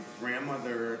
grandmother